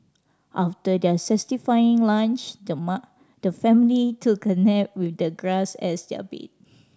after their satisfying lunch the the family took a nap with the grass as their bed